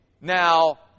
now